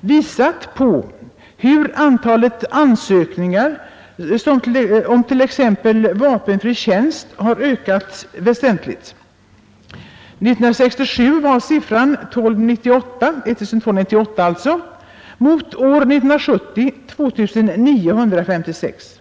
visat på hur antalet ansökningar om t.ex. vapenfri tjänst ökat väsentligt. År 1967 var siffran 1298 mot år 1970 2956.